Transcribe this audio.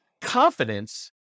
confidence